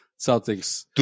Celtics